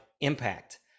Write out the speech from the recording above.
impact